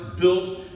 built